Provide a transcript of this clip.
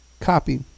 copy